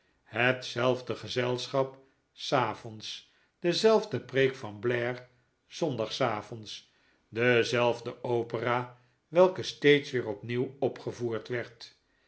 hetzelfde gezelschap s avonds dezelfde preek van blair zondagsavonds dezelfde opera welke steeds weer opnieuw opgevoerd werd